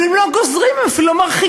אבל הם לא גוזרים, הם אפילו לא מרחיקים.